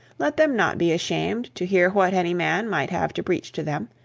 let them not be ashamed to hear what any man might have to preach to them,